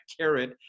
carrot